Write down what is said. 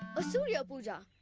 a surya-puja.